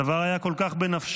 הדבר היה כל כך בנפשו,